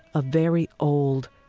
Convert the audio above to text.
a very old,